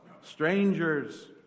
strangers